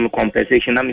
compensation